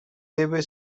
debe